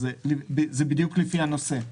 זה בדיוק לפי הנושא.